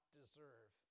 deserve